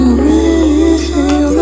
real